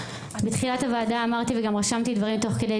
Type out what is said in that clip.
בתחילת הוועדה אמרתי וגם רשמתי דברים תוך כדי,